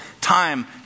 time